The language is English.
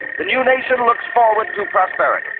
the new nation looks forward to prosperity.